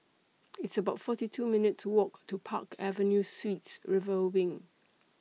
It's about forty two minutes' Walk to Park Avenue Suites River Wing